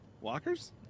walkers